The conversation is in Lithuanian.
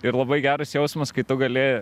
ir labai geras jausmas kai tu gali